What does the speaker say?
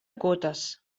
cotes